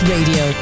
Radio